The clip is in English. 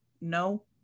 No